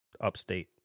upstate